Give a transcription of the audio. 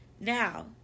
now